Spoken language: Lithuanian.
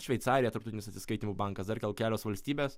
šveicarija tarptautinis atsiskaitymų bankas dar gal kelios valstybės